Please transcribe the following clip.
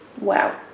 Wow